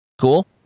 Cool